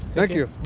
thank you